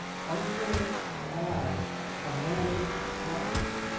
functioning as a managed network.